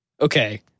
okay